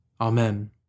Amen